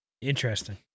Interesting